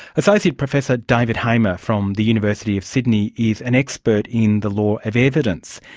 associate professor david hamer from the university of sydney is an expert in the law of evidence,